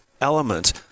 element